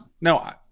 No